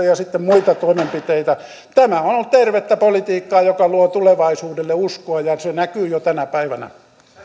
ja sitten on muita toimenpiteitä tämä on ollut tervettä politiikkaa joka luo tulevaisuudelle uskoa ja se näkyy jo tänä päivänä